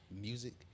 music